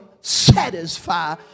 satisfy